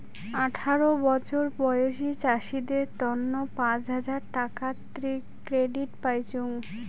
আঠারো বছর বয়সী চাষীদের তন্ন পাঁচ হাজার টাকার ক্রেডিট পাইচুঙ